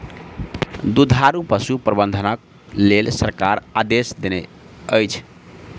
दुधारू पशु प्रबंधनक लेल सरकार आदेश देनै अछि